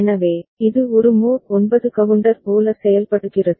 எனவே இது ஒரு மோட் 9 கவுண்டர் போல செயல்படுகிறது